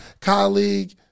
colleague